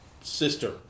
sister